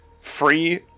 free